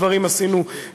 את כל הדברים עשינו יחדיו,